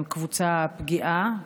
הם קבוצה פגיעה,